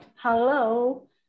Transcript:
Hello